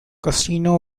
casino